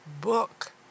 book